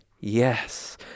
yes